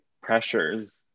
pressures